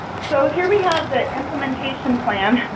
so here we have the implementation plan.